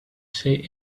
say